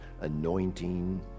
anointing